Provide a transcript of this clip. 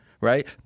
right